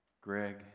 Greg